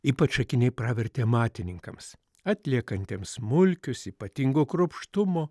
ypač akiniai pravertė matininkams atliekantiems smulkius ypatingo kruopštumo